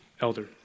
elder